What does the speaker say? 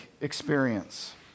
experience